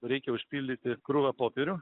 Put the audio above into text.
reikia užpildyti krūvą popierių